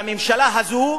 בממשלה הזאת,